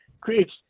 creates